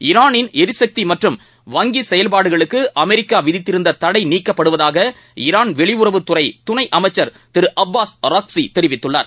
ஈராளின் எரிசக்தி மற்றும் வங்கி செயல்பாடுகளுக்கு அமெரிக்கா விதித்திருந்த தடை நீக்கப்படுவதாக ஈரான் வெளியுறவுத்துறை துணை அமைச்சர் திரு அப்பாஸ் அராக்சி தெரிவித்துள்ளார்